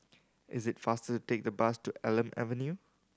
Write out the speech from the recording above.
is it faster to take the bus to Elm Avenue